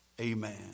Amen